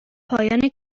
پایان